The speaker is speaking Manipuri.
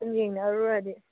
ꯁꯨꯝ ꯌꯦꯡꯅꯧꯔꯨꯔꯗꯤ